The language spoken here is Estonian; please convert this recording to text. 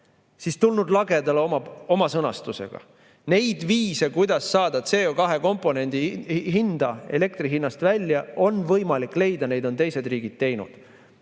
siis tulnud lagedale oma sõnastusega. Neid viise, kuidas saada CO2komponendi hind elektri hinnast välja, on võimalik leida. Teised riigid on